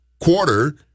quarter